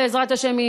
בעזרת השם,